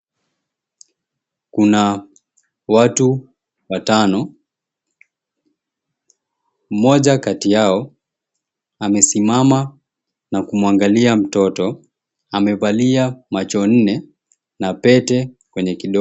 Kuna watu watano, mmoja kati yao amesimama na kumuangalia mtoto amevalia macho nne na pete kwenye kidole.